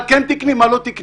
מה תקני ומה לא.